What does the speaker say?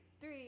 three